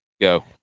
go